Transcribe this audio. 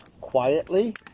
quietly